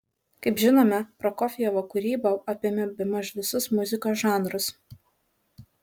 kaip žinome prokofjevo kūryba apėmė bemaž visus muzikos žanrus